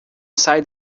sai